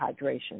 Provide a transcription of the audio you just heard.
hydration